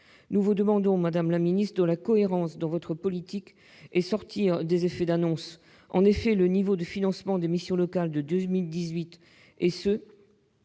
Nous vous demandons, madame la ministre, de la cohérence dans votre politique et de sortir des effets d'annonce en maintenant le financement des missions locales à son niveau